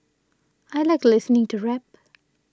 I like listening to rap